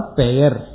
pair